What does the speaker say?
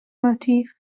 motif